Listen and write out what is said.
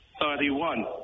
thirty-one